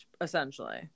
essentially